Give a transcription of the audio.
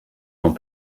dans